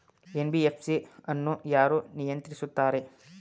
NBFC ಅನ್ನು ಯಾರು ನಿಯಂತ್ರಿಸುತ್ತಾರೆ?